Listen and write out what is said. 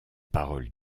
paroles